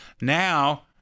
Now